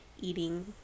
eating